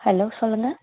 hello சொல்லுங்கள்